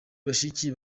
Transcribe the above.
bashiki